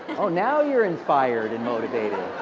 oh, now you are inspired and motivated.